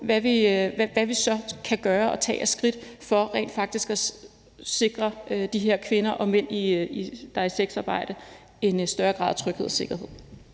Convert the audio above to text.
skridt vi så kan tage, for rent faktisk at sikre de kvinder og mænd, der er i sexarbejde, en større grad af tryghed og sikkerhed.